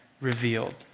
revealed